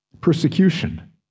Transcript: persecution